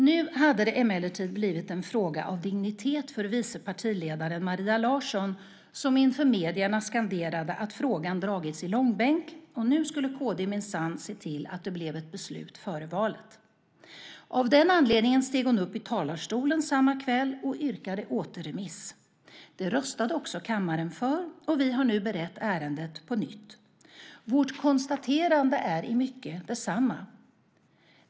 Nu hade det emellertid blivit en fråga av dignitet för vice partiledaren Maria Larsson som inför medierna skanderade att frågan dragits i långbänk, och nu skulle kd minsann se till att det blev ett beslut före valet. Av den anledningen steg hon upp i talarstolen samma kväll och yrkade återremiss. Det röstade också kammaren för, och vi har nu berett ärendet på nytt. Vårt konstaterande är i mycket detsamma.